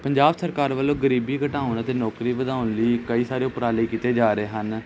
ਪੰਜਾਬ ਸਰਕਾਰ ਵੱਲੋਂ ਗਰੀਬੀ ਘਟਾਉਣ ਅਤੇ ਨੌਕਰੀ ਵਧਾਉਣ ਲਈ ਕਈ ਸਾਰੇ ਉਪਰਾਲੇ ਕੀਤੇ ਜਾ ਰਹੇ ਹਨ